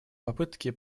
попытки